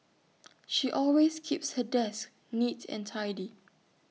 she always keeps her desk neat and tidy